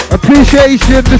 Appreciation